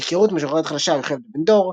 "היכרות משוררת חדשה, יוכבד בן דור",